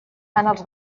els